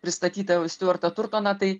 pristatytą stiuartą turtoną tai